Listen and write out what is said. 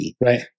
Right